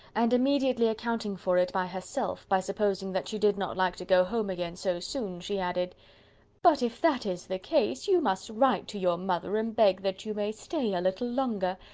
and immediately accounting for it by herself, by supposing that she did not like to go home again so soon, she added but if that is the case, you must write to your mother and beg that you may stay a little longer.